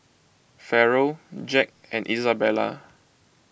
Farrell Jack and Izabella